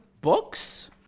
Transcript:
books